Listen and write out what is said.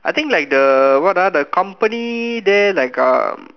I think like the what ah the company there like um